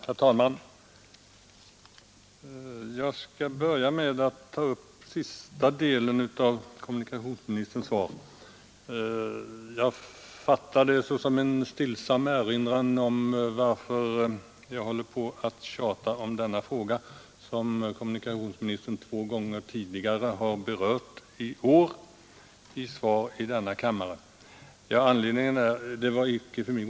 Herr talman! Jag skall börja med att ta upp sista delen av kommunikationsministerns svar — jag fattade den som en stillsam undran som kommunikations över varför jag håller på och tjatar om denna fråg ministern två gånger tidigare i år har berört i svar i denna kammare. Dessa båda svar är icke obekanta för mig.